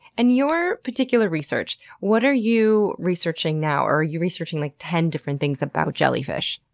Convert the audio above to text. and your particular research what are you researching now? or are you researching like ten different things about jellyfish?